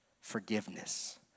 forgiveness